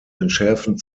entschärfen